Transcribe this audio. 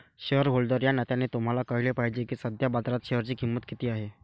shareholder या नात्याने तुम्हाला कळले पाहिजे की सध्या बाजारात शेअरची किंमत किती आहे